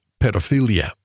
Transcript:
pedophilia